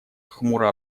хмуро